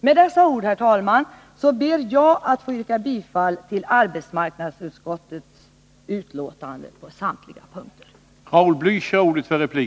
Med dessa ord ber jag, herr talman, att få yrka bifall till hemställan i arbetsmarknadsutskottets betänkande på samtliga punkter.